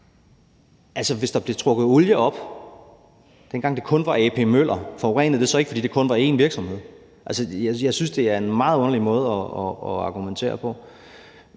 Altså, hvis der blev trukket olie op, dengang det kun var A.P. Møller, forurenede det så ikke, fordi det kun var én virksomhed? Jeg synes, at det er en meget underlig måde at argumentere på.